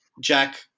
Jack